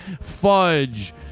fudge